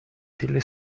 delle